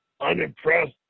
unimpressed